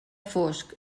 fosc